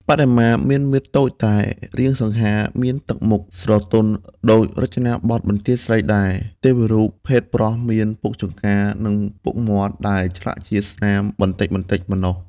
បដិមា មានមាឌតូចតែរាងសង្ហា មានទឹកមុខស្រទន់ដូចរចនាបថបន្ទាយស្រីដែរ ទេវរូបភេទប្រុសមានពុកចង្កា និងពុកមាត់ ដែលឆ្លាក់ជាស្នាម បន្តិចៗប៉ុណ្ណោះ។